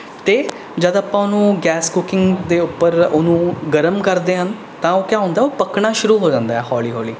ਅਤੇ ਜਦ ਆਪਾਂ ਉਹਨੂੰ ਗੈਸ ਕੁਕਿੰਗ ਦੇ ਉੱਪਰ ਉਹਨੂੰ ਗਰਮ ਕਰਦੇ ਹਾਂ ਤਾਂ ਉਹ ਕੀ ਹੁੰਦਾ ਉਹ ਪੱਕਣਾ ਸ਼ੁਰੂ ਹੋ ਜਾਂਦਾ ਹੌਲੀ ਹੌਲੀ